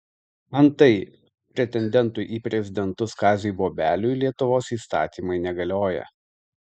antai pretendentui į prezidentus kaziui bobeliui lietuvos įstatymai negalioja